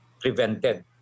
prevented